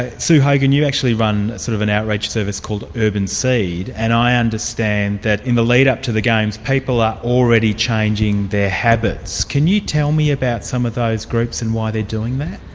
ah sue hogan, you actually run sort of an outreach service called urban seed, and i understand that in the lead-up to the games, people are already changing their habits. can you tell me about some of those groups and why they're doing that?